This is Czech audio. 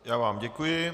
Já vám děkuji.